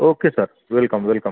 okay sir welcome welcome